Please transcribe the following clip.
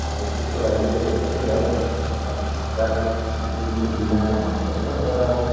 अब त्यसको लागि चाहिँ यस्तो छ कि भाइ अब राति पुलिसको जिम्मा त हाम्रो होइन तर अब